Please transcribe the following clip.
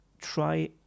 try